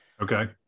Okay